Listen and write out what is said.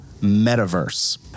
metaverse